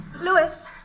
Louis